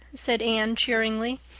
said anne cheeringly.